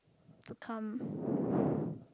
to come